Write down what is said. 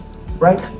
right